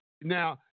now